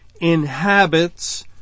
inhabits